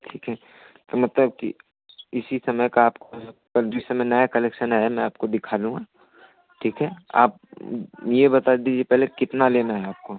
ठीक है तो मतलब कि इसी समय का आपको मतलब जिस समय नया कलेक्सन आया मैं आपको दिखा दूँगा ठीक है आप यह बता दीजिए पहले कितना लेना है आपको